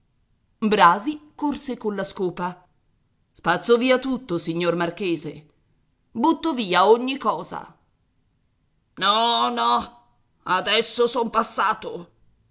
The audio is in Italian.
brasi corse colla scopa spazzo via tutto signor marchese butto via ogni cosa no no adesso son passato